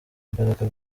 imbaraga